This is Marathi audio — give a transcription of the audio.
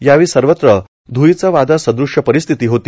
यावेळी सर्वत्र ध्वळीचं वादळ सदृष्य परिस्थिती होती